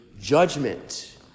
Judgment